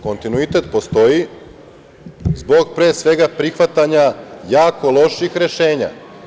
Kontinuitet postoji zbog, pre svega, prihvatanja jako loših rešenja.